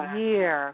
year